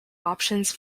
options